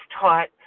taught